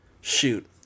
shoot